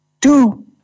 two